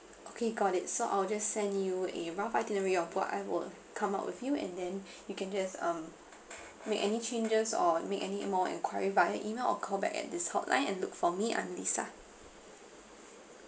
okay got it so I'll just send you a rough itinerary of what I will come up with you and then you can just um make any changes or make any more enquiry via email or call back at this hotline and look for me I'm lisa